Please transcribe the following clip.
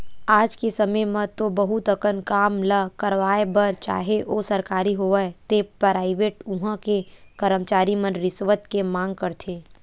आज के समे म तो बहुत अकन काम ल करवाय बर चाहे ओ सरकारी होवय ते पराइवेट उहां के करमचारी मन रिस्वत के मांग करथे